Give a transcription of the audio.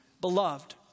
Beloved